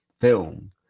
film